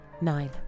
nine